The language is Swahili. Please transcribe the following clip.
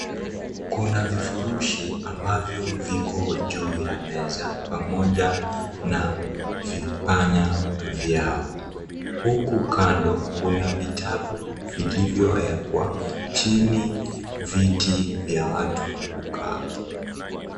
Kuna vifurushi ambavyo viko juu ya meza pamoja na vipanya vyao, huku kando kuna vitabu vilivyoekwa chini viti vya watu kukaa.